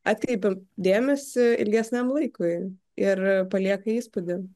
atkreipia dėmesį ilgesniam laikui ir palieka įspūdį